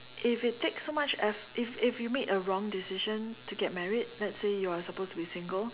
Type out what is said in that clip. if it takes so much effort if if you make a wrong decision to get married let's say you are supposed to be single